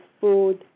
food